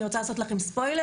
אני רוצה לעשות לכם ספוילר,